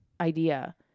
idea